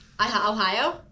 Ohio